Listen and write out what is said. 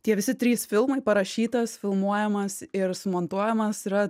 tie visi trys filmai parašytas filmuojamas ir sumontuojamas yra